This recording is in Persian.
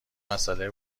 مسئله